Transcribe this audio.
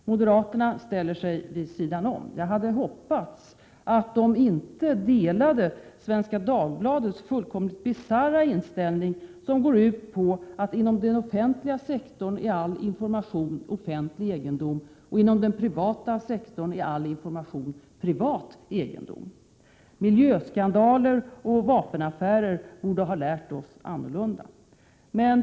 Moderaterna ställer sig vid sidan om. Jag hade hoppats att de inte skulle dela Svenska Dagbladets fullkomligt bisarra inställning, som går ut på att inom den offentliga sektorn all information är offentlig egendom och inom den privata sektorn all information är privat egendom. Miljöskandaler och vapenaffärer borde ha lärt oss något annat.